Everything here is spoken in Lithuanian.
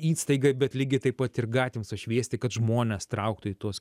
įstaigai bet lygiai taip pat ir gatvėms apšviesti kad žmones trauktų į tuos